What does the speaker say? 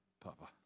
Papa